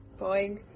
Boing